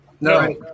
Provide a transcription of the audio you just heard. No